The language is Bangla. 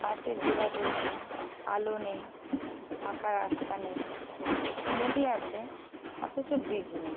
বাসের যোগাযোগ নেই আলো নেই পাকা রাস্তা নেই নদী আছে অথচ ব্রিজ নেই